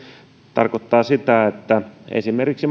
tarkoittaa sitä että esimerkiksi